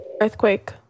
Earthquake